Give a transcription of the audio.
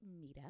meetup